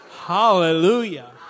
Hallelujah